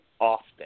often